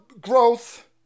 growth